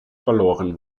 verloren